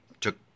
took